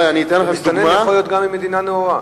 מסתנן יכול להיות גם ממדינה נאורה.